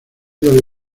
dos